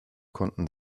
konnten